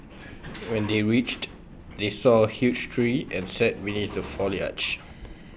when they reached they saw A huge tree and sat beneath the foliage